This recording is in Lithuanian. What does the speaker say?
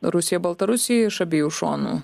rusija baltarusija iš abiejų šonų